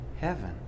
Heaven